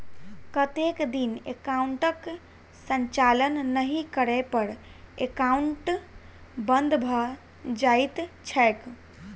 कतेक दिन एकाउंटक संचालन नहि करै पर एकाउन्ट बन्द भऽ जाइत छैक?